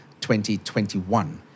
2021